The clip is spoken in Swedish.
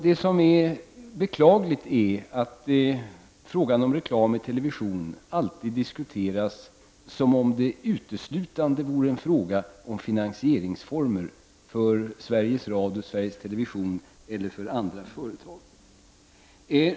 Det är beklagligt att frågan om reklam i TV alltid diskuteras som om det uteslutande vore en fråga om finansieringsformer för Sveriges Radio och Sveriges Television eller för andra företag.